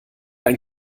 ein